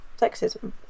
sexism